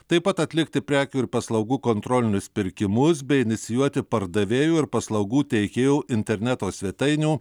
taip pat atlikti prekių ir paslaugų kontrolinius pirkimus bei inicijuoti pardavėjų ir paslaugų teikėjų interneto svetainių